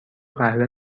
قهوه